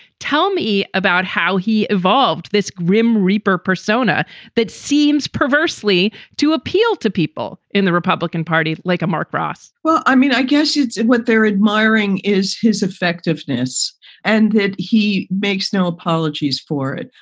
tell me about how he evolved this grim reaper persona that seems perversely to appeal to people in the republican party like marc ross well, i mean, i guess what they're admiring is his effectiveness and that he makes no apologies for it.